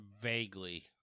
Vaguely